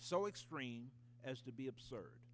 so extreme as to be absurd